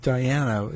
Diana